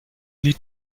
lied